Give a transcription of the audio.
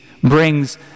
brings